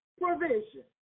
provision